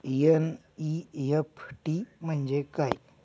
NEFT म्हणजे काय?